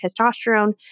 testosterone